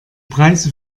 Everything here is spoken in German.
preise